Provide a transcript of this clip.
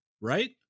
Right